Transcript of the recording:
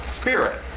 spirit